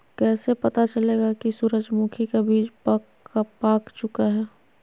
कैसे पता चलेगा की सूरजमुखी का बिज पाक चूका है?